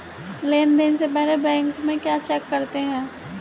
Loan देने से पहले बैंक में क्या चेक करते हैं?